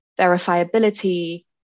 verifiability